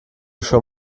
schon